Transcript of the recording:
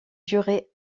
jurer